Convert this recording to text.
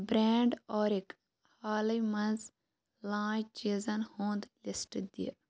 brand اورِک حالٕے مَنٛز لانچ چیٖزن ہُنٛد لِسٹ دِ